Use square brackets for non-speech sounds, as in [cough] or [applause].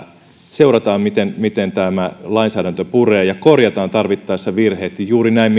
seurataan miten miten tämä lainsäädäntö puree ja ja korjataan tarvittaessa virheet ja juuri näin [unintelligible]